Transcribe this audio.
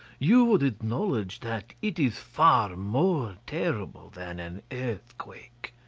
you would acknowledge that it is far more terrible than an earthquake.